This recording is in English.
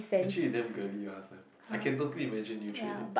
actually you damn girly last time I can totally imagine you training